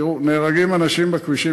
תראו, נהרגים אנשים בכבישים.